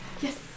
Yes